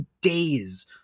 days